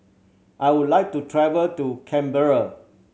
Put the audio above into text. I would like to travel to Canberra